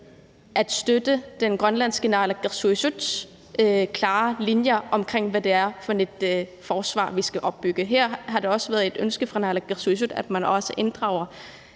at støtte den grønlandske naalakkersuisuts klare linje om, hvad det er for et forsvar, vi skal opbygge. Her har det også været et ønske fra naalakkersuisut, at man også inddrager